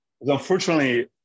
Unfortunately